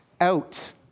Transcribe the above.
out